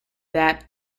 that